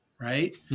right